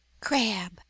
crab